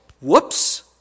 whoops